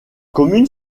commune